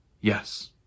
yes